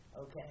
Okay